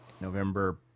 November